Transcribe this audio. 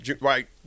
right